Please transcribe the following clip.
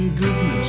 goodness